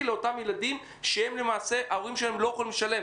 לאותם ילדים שההורים שלהם לא יכולים לשלם.